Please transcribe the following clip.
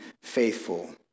faithful